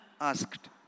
asked